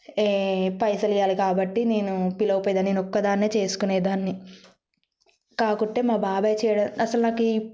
పైసలు ఇవ్వాలి కాబట్టి నేను పిలవక పోయేదనిని నేనొక్కదాన్నే చేసుకునేదాన్ని కాకుంటే మా బాబాయ్ అసలు నాకు